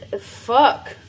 fuck